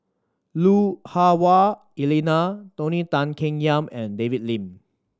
Lui Hah Wah Elena Tony Tan Keng Yam and David Lim